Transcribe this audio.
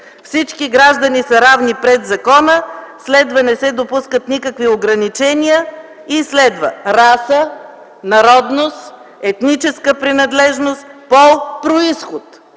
„всички граждани са равни пред закона”, следва: „не се допускат никакви ограничения”, и следва: „раса, народност, етническа принадлежност, пол, произход”.